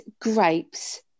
grapes